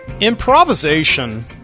Improvisation